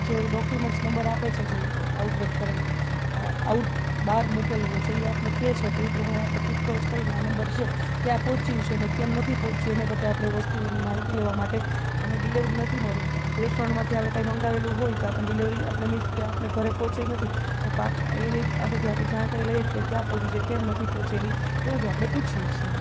જે ઉ documents number આપે છે જે આઉટલોડ કરેલો આઉટ બહાર મૂકેલું હોય છે એ આપણે કહે છે તો એ પ્રમાણે આપણે પૂછપરછ કરીને આ નંબર છે ક્યાં પહોંચ્યું છે ને કેમ નથી પહોંચ્યું એને માટે આપણે વસ્તુઓની માહિતી લેવા માટે અને ડીલેવરી નથી મળી તો રેસ્ટોરન્ટમાંથી આપણે કાંઈ મંગાવેલું હોય તો આપણે ડીલેવરી આપણે મીન્સ કે આપણે ઘરે પહોંચી નથી તો પાટનર એની પાસેથી આપણે જાણકારી લઈએ કે ક્યાં પહોંચ્યું છે કેમ નથી પહોંચેલી એવું બધું આપણે પૂછીએ છીએ